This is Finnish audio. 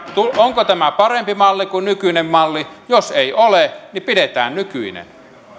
onko tämä parempi malli kuin nykyinen malli jos ei ole niin pidetään nykyinen arvoisa rouva